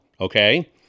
okay